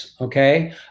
okay